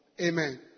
Amen